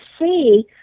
see